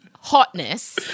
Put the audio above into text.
hotness